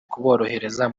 kuborohereza